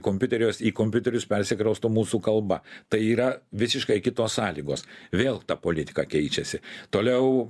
kompiuteriuos į kompiuterius persikrausto mūsų kalba tai yra visiškai kitos sąlygos vėl ta politika keičiasi toliau